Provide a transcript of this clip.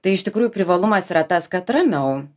tai iš tikrųjų privalumas yra tas kad ramiau